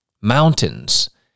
Mountains